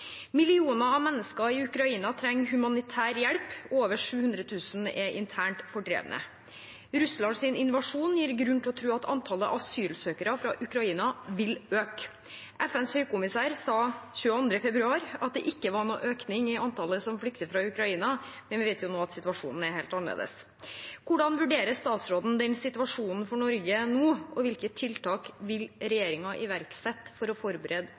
av mennesker i Ukraina trenger humanitær hjelp, og over 700 000 er internt fordrevne. Russlands invasjon gir grunn til å tro at antall asylsøkere fra Ukraina vil øke. FNs høykommissær for flyktninger sa 22. februar at de foreløpig ikke ser noen økning i mennesker som flykter fra Ukraina, men at FN står klare til å hjelpe dersom konflikten forverres. Det gjør den nå. Hvordan vurderer statsråden denne situasjonen for Norge nå, og hvilke tiltak vil regjeringen iverksette for å forberede